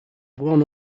one